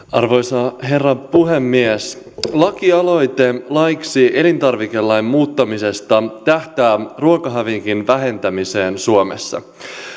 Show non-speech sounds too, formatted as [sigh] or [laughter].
[unintelligible] arvoisa herra puhemies lakialoite laiksi elintarvikelain muuttamisesta tähtää ruokahävikin vähentämiseen suomessa